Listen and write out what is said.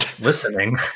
listening